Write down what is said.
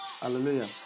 Hallelujah